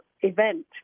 event